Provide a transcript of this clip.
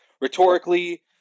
rhetorically